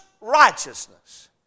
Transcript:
righteousness